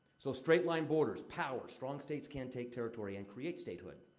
so, straight-line borders power strong states can take territory and create statehood.